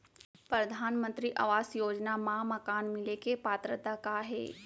परधानमंतरी आवास योजना मा मकान मिले के पात्रता का हे?